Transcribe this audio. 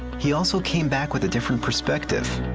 he also came back with a different perspective.